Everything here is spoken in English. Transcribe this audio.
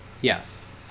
Yes